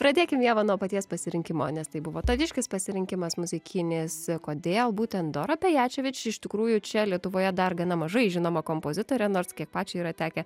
pradėkim ieva nuo paties pasirinkimo nes tai buvo taviškis pasirinkimas muzikinis kodėl būtent dora beječevič iš tikrųjų čia lietuvoje dar gana mažai žinoma kompozitorė nors kiek pačiai yra tekę